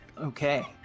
Okay